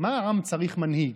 מה העם צריך מנהיג?